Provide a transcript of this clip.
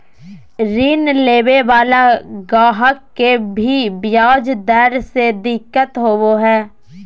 ऋण लेवे वाला गाहक के भी ब्याज दर से दिक्कत होवो हय